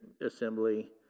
assembly